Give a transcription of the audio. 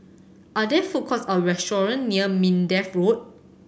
are there food courts or restaurants near Minden Road